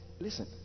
listen